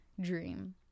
dream